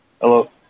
Hello